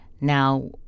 now